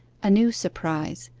a new surprise,